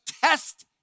test